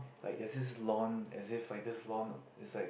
like there's this lawn as if like this lawn is like